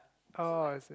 oh I see